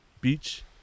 Beach